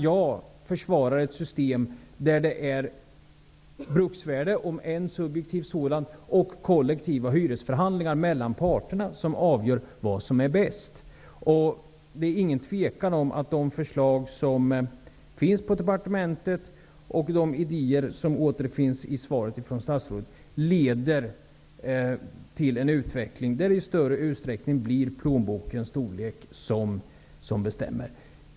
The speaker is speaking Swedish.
Jag försvarar ett system där bruksvärde, om än ett subjektivt sådant, och kollektiva hyresförhandlingar mellan parterna avgör vad som är bäst. Det är inget tvivel om att de förslag som finns på departementet och de idéer som återfinns i statsrådets svar leder till en utveckling där det i större utsträckning blir plånbokens storlek som bestämmer.